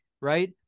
right